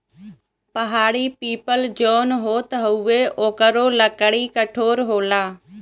पहाड़ी पीपल जौन होत हउवे ओकरो लकड़ी कठोर होला